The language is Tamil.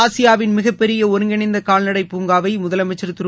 ஆசியாவின் மிகப் பெரிய ஒருங்கிணைந்த கால்நடைப் பூங்காவை முதலமைச்சர் திரு